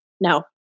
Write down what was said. No